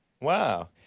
Wow